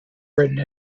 written